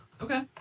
Okay